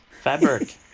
fabric